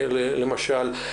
למשל.